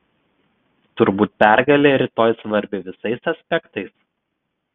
turbūt pergalė rytoj svarbi visais aspektais